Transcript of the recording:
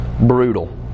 brutal